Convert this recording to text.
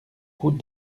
route